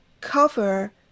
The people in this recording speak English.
cover